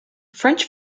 french